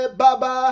baba